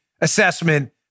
assessment